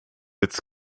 its